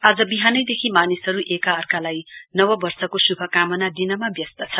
आज बिहानैदेखि मानिसहरू एका अर्कालाई नव वर्षको शुभकामना दिनमा व्यस्त छन्